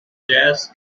jazz